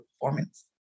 performance